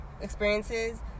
experiences